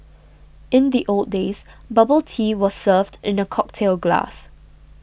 in the old days bubble tea was served in a cocktail glass